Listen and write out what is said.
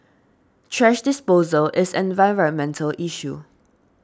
thrash disposal is an environmental issue